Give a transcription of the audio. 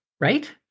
right